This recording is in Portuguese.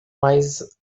mais